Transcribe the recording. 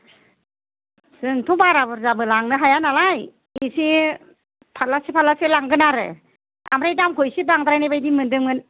जोंथ' बारा बुरजाबो लांनो हाया नालाय एसे फालासे फालासे लांगोन आरो ओमफ्राय दामखौ एसे बांद्रायनाय बायदि मोन्दोंमोन